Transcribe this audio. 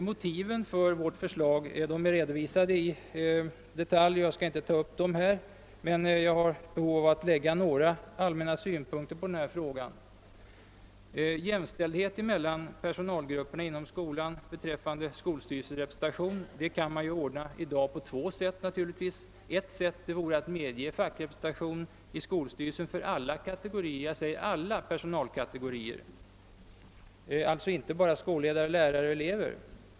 Motiven för vårt förslag är redovisat i detalj, och jag skall här inte ta upp dem, men jag känner ett behov av att anföra några allmänna synpunkter på frågan. Jämställdheten mellan personalgrupperna inom skolan beträffande skolstyrelserepresentation kan man tillgodose på två sätt. Ett sätt vore att medge fackrepresentation i skolstyrelsen för alla personalkategorier — alltså inte bara skolledare, lärare och elever.